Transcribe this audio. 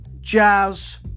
jazz